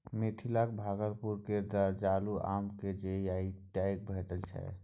मिथिलाक भागलपुर केर जर्दालु आम केँ जी.आई टैग भेटल छै